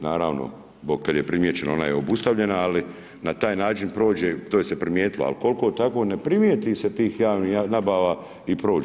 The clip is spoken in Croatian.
Naravno, kad je primijećena, ona je obustavljena, ali na taj način prođe, to je se primijetilo, ali koliko tako ne primijeti se tih javnih nabava i prođu.